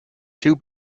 two